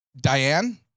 Diane